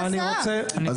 --- מה זה